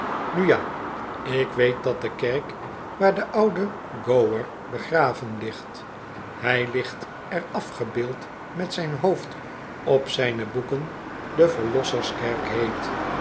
nu ja ik weet dat de kerk waar de oude gower begraven ligt hy ligt er afgebeeld met zijn hoofd op zijne boeken de verlossers kerk heet